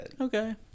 Okay